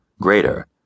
greater